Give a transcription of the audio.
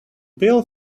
bill